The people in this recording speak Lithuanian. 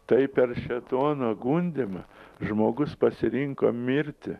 tai per šėtono gundymą žmogus pasirinko mirtį